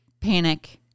panic